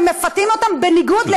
שמפתים אותם בניגוד, תודה, גברתי.